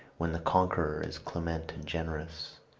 when the conqueror is clement and generous.